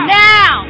now